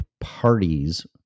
parties